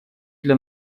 для